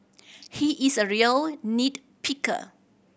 he is a real nit picker